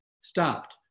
stopped